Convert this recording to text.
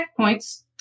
Checkpoints